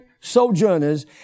sojourners